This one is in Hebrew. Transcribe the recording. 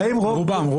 רובם.